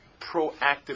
proactive